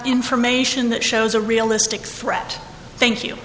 information that shows a realistic threat thank you